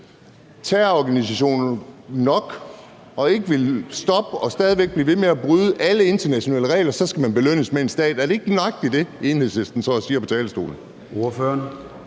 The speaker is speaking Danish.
terrororganisation nok og ikke vil stoppe og stadig væk bliver ved med at bryde alle internationale regler, så skal man belønnes med en stat. Er det ikke nøjagtig det, Enhedslisten står og siger på talerstolen?